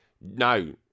No